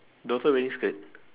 daughter wearing skirt